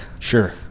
Sure